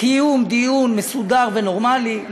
קיום דיון מסודר ונורמלי,